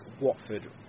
Watford